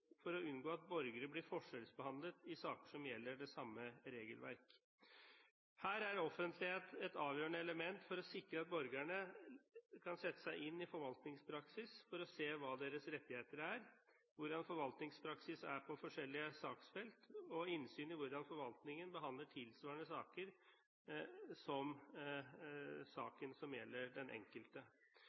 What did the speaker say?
for å unngå at borgere blir forskjellsbehandlet i saker som gjelder det samme regelverket. Her er offentlighet et avgjørende element for å sikre at borgerne kan sette seg inn i forvaltningspraksis for å se hva deres rettigheter er, hvordan forvaltningspraksis er på forskjellige saksfelt, og innsyn i hvordan forvaltningen behandler tilsvarende saker som saken som gjelder den enkelte.